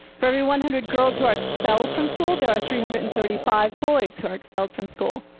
for every one hundred girls who are expelled from school, there are three hundred and thirty five boys who are expelled from school.